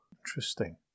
Interesting